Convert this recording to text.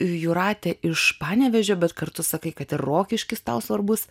jūratė iš panevėžio bet kartu sakai kad rokiškis tau svarbus